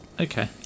Okay